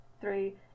three